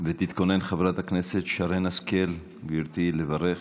תתכונן חברת הכנסת שרן השכל, גברתי, לברך.